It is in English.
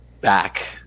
back